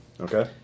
Okay